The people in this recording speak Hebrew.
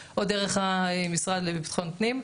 דרך הרישום של הקהילה או דרך המשרד לביטחון פנים,